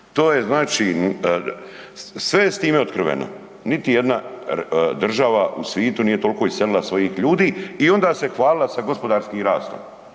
To je znači, sve je s time otkriveno. Niti jedna država u svitu nije tolko iselila svojih ljudi i onda se hvalila sa gospodarskim rastom,